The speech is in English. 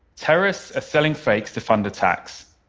terrorists are selling fakes to fund attacks,